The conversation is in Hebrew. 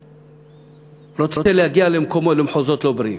שבתוך-תוכו רוצה להגיע למחוזות לא בריאים.